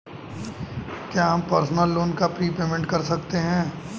क्या हम personal loan का प्रीपेमेंट कर सकते हैं?